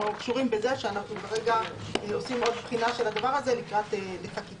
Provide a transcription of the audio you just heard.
או קשורים בזה שאנחנו כרגע עושים עוד בחינה של הדבר הזה לקראת חקיקה.